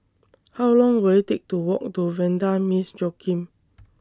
How Long Will IT Take to Walk to Vanda Miss Joaquim